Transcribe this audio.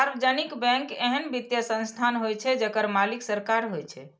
सार्वजनिक बैंक एहन वित्तीय संस्थान होइ छै, जेकर मालिक सरकार होइ छै